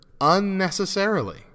unnecessarily